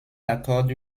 accorde